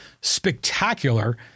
spectacular